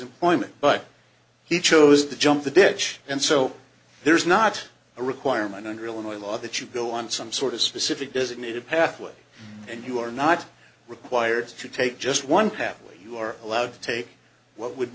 employment but he chose to jump the ditch and so there's not a requirement under illinois law that you go on some sort of specific designated pathway and you are not required to take just one pathway you are allowed to take what would